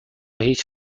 هیچ